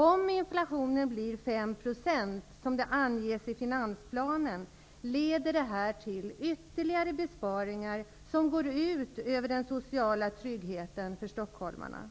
Om inflationen blir 5 % som det anges i finansplanen leder det till ytterligare besparingar som går ut över den sociala tryggheten för stockholmarna.